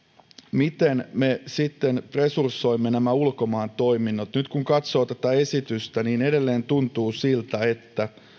miten me resursoimme ulkomaan toiminnot nyt kun katsoo tätä esitystä niin edelleen tuntuu siltä että